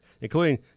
including